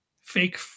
fake